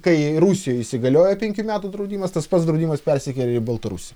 kai rusijoj įsigaliojo penkių metų draudimas tas pats draudimas persikėlė į baltarusiją